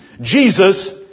Jesus